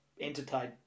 entertained